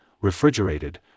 refrigerated